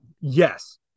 Yes